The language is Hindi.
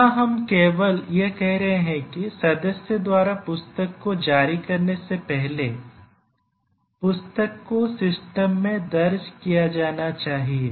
यहां हम केवल यह कह रहे हैं कि सदस्य द्वारा पुस्तक को जारी करने से पहले पुस्तक को सिस्टम में दर्ज किया जाना चाहिए